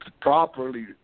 properly